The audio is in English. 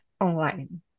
online